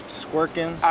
squirking